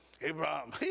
Abraham